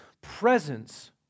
presence